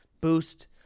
boost